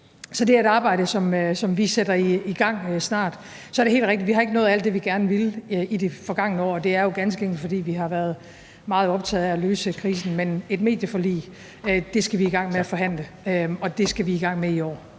Så det er et arbejde, som vi sætter i gang snart. Så er det helt rigtigt, at vi ikke har nået alt det, vi gerne ville, i det forgangne år, og det er jo ganske enkelt, fordi vi har været meget optaget af at løse krisen, men et medieforlig skal vi i gang med at forhandle, og det skal vi i gang med i år.